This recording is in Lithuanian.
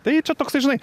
tai čia toksai žinai